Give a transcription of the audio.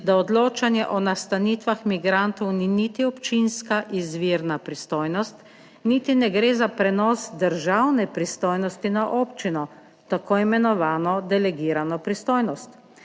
da odločanje o nastanitvah migrantov ni niti občinska izvirna pristojnost, niti ne gre za prenos državne pristojnosti na občino, v tako imenovano delegirano pristojnost,